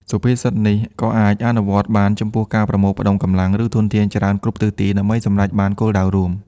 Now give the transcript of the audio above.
សុភាសិតនេះក៏អាចអនុវត្តបានចំពោះការប្រមូលផ្តុំកម្លាំង ឬធនធានច្រើនគ្រប់ទិសទី ដើម្បីសម្រេចបានគោលដៅរួម។